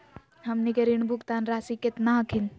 हमनी के ऋण भुगतान रासी केतना हखिन?